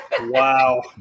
Wow